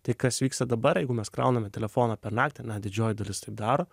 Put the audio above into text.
tai kas vyksta dabar jeigu mes krauname telefoną per naktį na didžioji dalis taip daro